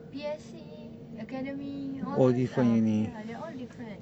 P_S_C academy all those are ya they are all different